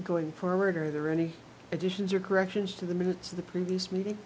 going forward are there any additions or corrections to the minutes of the previous meeting